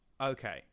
Okay